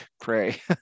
pray